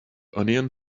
onion